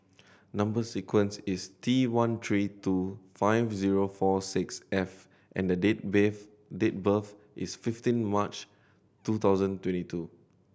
number sequence is T one three two five zero four six F and the date date birth is fifteen March two thousand and twenty two